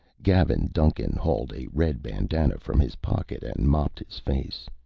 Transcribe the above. gavin duncan hauled a red bandanna from his pocket and mopped his face.